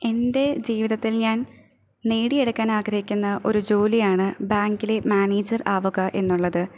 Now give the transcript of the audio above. എൻ്റെ ജീവിതത്തിൽ ഞാൻ നേടിയെടുക്കാൻ ആഗ്രഹിക്കുന്ന ഒരു ജോലിയാണ് ബാങ്കിലെ മാനേജർ ആവുക എന്നുള്ളത്